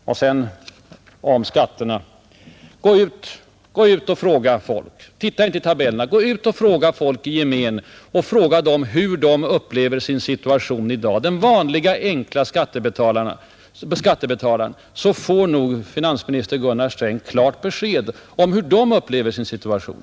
Och sedan till skatterna. Titta inte i tabellerna utan gå ut och fråga folk i gemen om hur de upplever sin situation i dag, den vanliga enkla skattebetalaren. Då får nog finansminister Gunnar Sträng klart besked om hur de upplever sin situation.